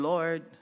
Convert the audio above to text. Lord